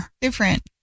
different